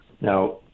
Now